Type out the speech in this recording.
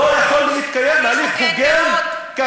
לא יכול להתקיים הליך הוגן, הליך הוגן מאוד.